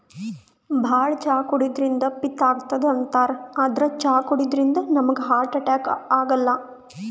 ಭಾಳ್ ಚಾ ಕುಡ್ಯದ್ರಿನ್ದ ಪಿತ್ತ್ ಆತದ್ ಅಂತಾರ್ ಆದ್ರ್ ಚಾ ಕುಡ್ಯದಿಂದ್ ನಮ್ಗ್ ಹಾರ್ಟ್ ಅಟ್ಯಾಕ್ ಆಗಲ್ಲ